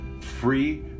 free